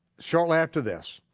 shortly after this,